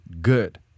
good